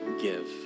give